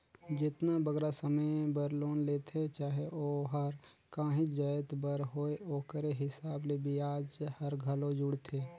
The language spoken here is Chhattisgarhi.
जेतना बगरा समे बर लोन लेथें चाहे ओहर काहींच जाएत बर होए ओकरे हिसाब ले बियाज हर घलो जुड़थे